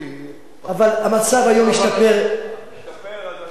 אבל המצב היום השתפר, השתפר, אז אנחנו בכיוון טוב.